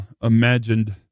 imagined